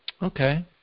Okay